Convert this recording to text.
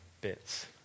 bits